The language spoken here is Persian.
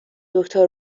دکتر